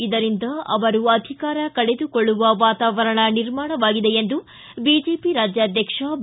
ಇದರಿಂದ ಅವರು ಅಧಿಕಾರ ಕಳೆದುಕೊಳ್ಳುವ ವಾತಾವರಣ ನಿರ್ಮಾಣವಾಗಿದೆ ಎಂದು ಬಿಜೆಪಿ ರಾಜ್ಯಾಧ್ವಕ್ಷ ಬಿ